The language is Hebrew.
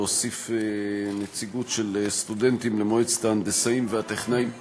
להוסיף נציגות של סטודנטים למועצת ההנדסאים והטכנאים המוסמכים.